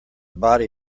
body